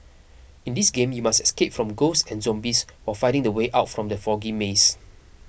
in this game you must escape from ghosts and zombies while finding the way out from the foggy maze